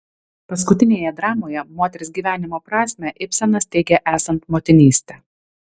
paskutinėje dramoje moters gyvenimo prasmę ibsenas teigia esant motinystę